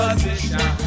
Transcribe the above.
Position